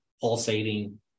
pulsating